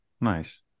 Nice